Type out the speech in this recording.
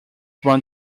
won